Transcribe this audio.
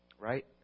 right